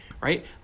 right